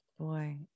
Boy